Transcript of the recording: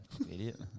idiot